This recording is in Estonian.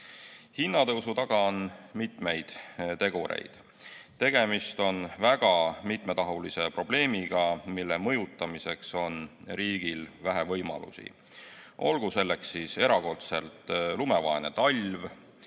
taga on mitmeid tegureid. Tegemist on väga mitmetahulise probleemiga, mille mõjutamiseks on riigil vähe võimalusi. Olgu selleks siis erakordselt lumevaene talv,